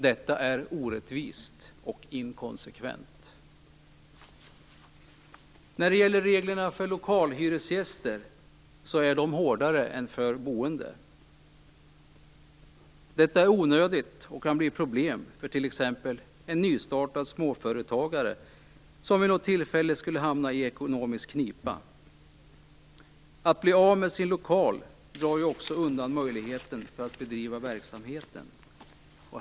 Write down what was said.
Detta är orättvist och inkonsekvent. Reglerna för lokalhyresgäster är hårdare än för de boende. Detta är onödigt och kan leda till problem för t.ex. en företagare med ett nystartat företag som vid något tillfälle hamnar i ekonomisk knipa. Att bli av med sin lokal drar ju också undan möjligheten för att bedriva verksamheten.